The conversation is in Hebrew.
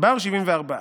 בר שבעים וארבעה.